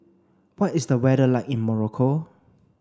what is the weather like in Morocco